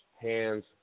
hands